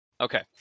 Okay